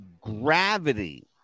gravity